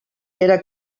era